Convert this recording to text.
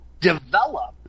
develop